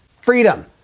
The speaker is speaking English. freedom